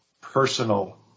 personal